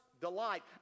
delight